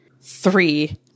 three